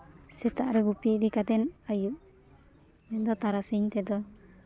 ᱥᱮᱛᱟᱜ ᱨᱮ ᱜᱩᱯᱤ ᱤᱫᱤ ᱠᱟᱛᱮᱫ ᱟᱹᱭᱩᱵᱽ ᱩᱱᱫᱚ ᱛᱟᱨᱟᱥᱤᱧ ᱛᱮᱫᱚ